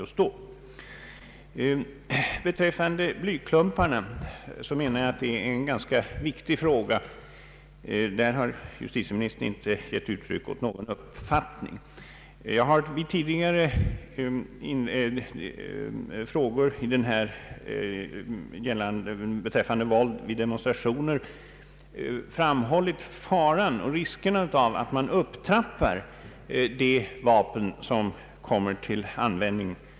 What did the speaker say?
Huruvida blyklumpar har använts är enligt min mening en viktig fråga. Justitieministern har där inte givit uttryck åt någon uppfattning. Vid tidigare frågor beräffande våld vid demonstrationer har jag framhållit faran och riskerna av att man upptrappar de vapen som kommer till användning.